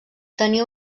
tenia